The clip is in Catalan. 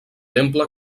temple